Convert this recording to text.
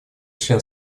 член